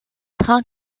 trains